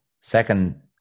second